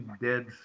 dead